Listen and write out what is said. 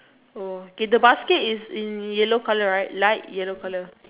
oh okay the basket is in yellow colour right light yellow colour